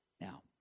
Now